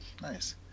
Nice